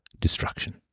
destruction